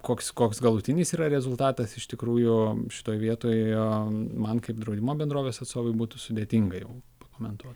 koks koks galutinis yra rezultatas iš tikrųjų šitoj vietoj man kaip draudimo bendrovės atstovui būtų sudėtinga jau pakomentuot